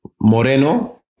Moreno